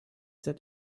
that